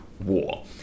war